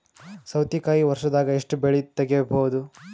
ಸೌತಿಕಾಯಿ ವರ್ಷದಾಗ್ ಎಷ್ಟ್ ಬೆಳೆ ತೆಗೆಯಬಹುದು?